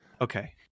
Okay